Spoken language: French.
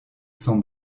sont